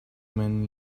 man